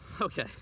okay